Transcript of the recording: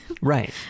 Right